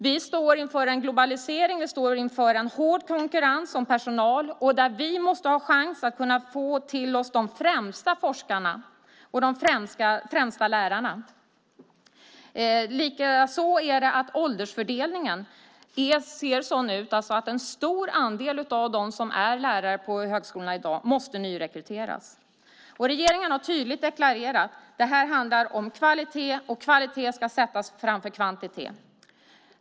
Vi står inför en globalisering. Vi står inför en hård konkurrens om personal, och vi måste ha en chans att få de främsta forskarna och de främsta lärarna till oss. Likaså ser åldersfördelningen sådan ut att en stor andel lärare på högskolorna i dag måste nyrekryteras. Regeringen har tydligt deklarerat att det handlar om kvalitet, och kvalitet ska sättas framför kvantitet.